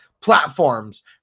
platforms